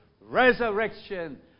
resurrection